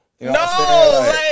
No